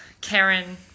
Karen